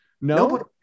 no